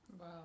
Wow